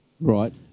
Right